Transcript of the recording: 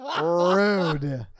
rude